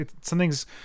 something's